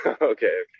Okay